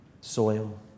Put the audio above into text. soil